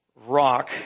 rock